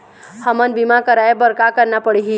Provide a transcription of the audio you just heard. हमन बीमा कराये बर का करना पड़ही?